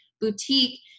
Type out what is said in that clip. boutique